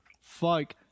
fuck